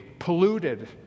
polluted